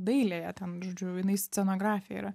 dailėje ten žodžiu jinai scenografė yra